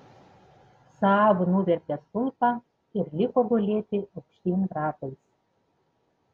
saab nuvertė stulpą ir liko gulėti aukštyn ratais